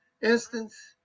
instance